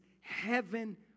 heaven